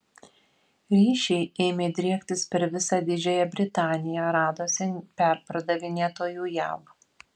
ryšiai ėmė driektis per visą didžiąją britaniją radosi perpardavinėtojų jav